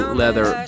leather